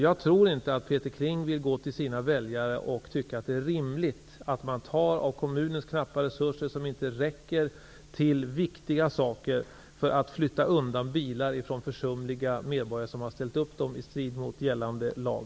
Jag tror inte att Peter Kling vill säga till sina väljare att det är rimligt att ta av kommunens knappa resurser avsedda för viktiga saker till att flytta undan bilar som försumliga medborgare har ställt upp i strid mot gällande lag.